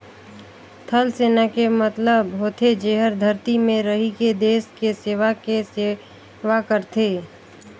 थलसेना के मतलब होथे जेहर धरती में रहिके देस के सेवा के सेवा करथे